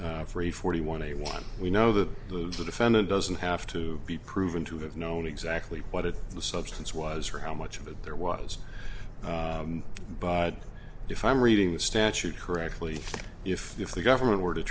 a forty one a one we know that the defendant doesn't have to be proven to have known exactly what the substance was for how much of it there was but if i'm reading the statute correctly if if the government were to